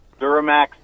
Duramax